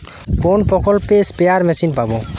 কোন প্রকল্পে spare machine পাব?